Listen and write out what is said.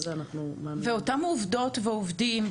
אותם עובדות ועובדים,